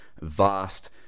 vast